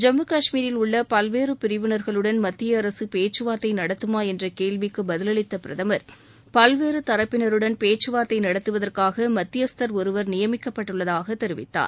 ஜம்மு கஷ்மீரில் உள்ள பல்வேறு பிரிவினர்களுடன் மத்திய அரசு பேச்சுவார்த்தை நடத்தமா என்ற கேள்விக்கு பதில் அளித்த பிரதமர் பல்வேறு தரப்பினருடன் பேச்சவார்த்தை நடத்துவதற்காக மத்தியஸ்தர் ஒருவர் நியமிக்கப்பட்டுள்ளதாக தெரிவித்தார்